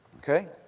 Okay